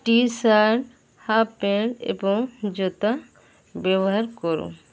ଟି shirt half pant ଏବଂ ଜୋତା ବ୍ୟବହାର କରୁ